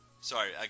Sorry